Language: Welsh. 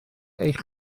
eich